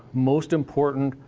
most important,